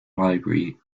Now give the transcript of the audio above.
library